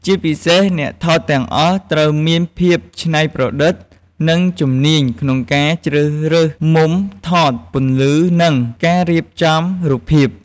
ជាពិសេស អ្នកថតទាំងអស់ត្រូវមានភាពច្នៃប្រឌិត និងជំនាញក្នុងការជ្រើសរើសមុំថត ពន្លឺ និងការរៀបចំរូបភាព។